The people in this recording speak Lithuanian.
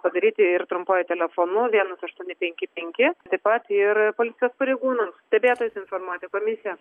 padaryti ir trumpuoju telefonu vienas aštuoni penki penki taip pat ir policijos pareigūnams stebėtojus informuoti komisiją